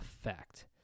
effect